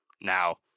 Now